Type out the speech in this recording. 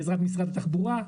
בעזרת משרד התחבורה,